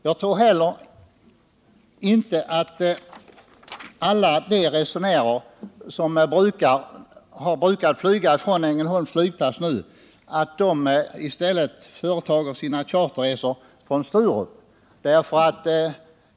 Jag tror inte heller att alla de resenärer som tidigare har flugit från Ängelholms flygplats nu i stället företar sina charterresor från Sturup.